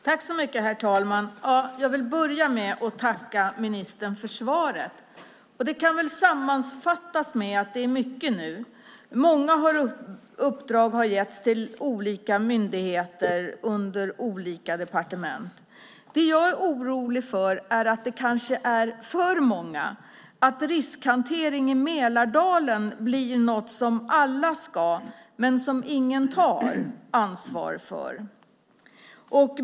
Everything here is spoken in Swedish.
Herr talman! Jag vill börja med att tacka ministern för svaret. Det kan väl sammanfattas med att det är mycket nu. Många uppdrag har getts till olika myndigheter under olika departement. Det jag är orolig för är att det kanske är för många, att riskhantering i Mälardalen blir något som alla ska ta men ingen tar ansvar för.